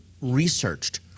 researched